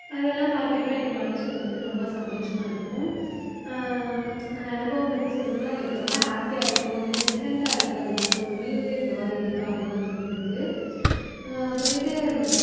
அதெல்லாம் பார்க்கறப்ப எனக்கு மனசுக்கு வந்து ரொம்ப சந்தோஷமாக இருக்கும் அந்த அனுபவம் பற்றி சொல்லணும்னா எனக்கு ரொம்ப ஹாப்பியாக இருக்கும் இன்னும் டிஃப்ரெண்ட்டாக இருக்குது அப்படின்லாம் தோணும் மீன்லே இவ்வளோ வகை இருக்கா அப்படின்லாம் தோணிருக்குது அப்புறமேட்டு